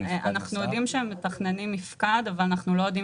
אנחנו יודעים שהם מתכננים מיפקד אבל אנחנו לא יודעים